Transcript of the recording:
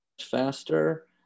faster